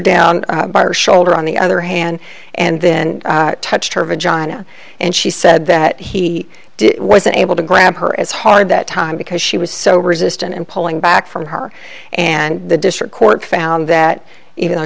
down her shoulder on the other hand and then touched her vagina and she said that he did wasn't able to grab her as hard that time because she was so resistant and pulling back from her and the district court found that even though